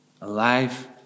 Alive